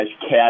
cat